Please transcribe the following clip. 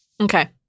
Okay